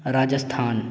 Rajasthan